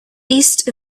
east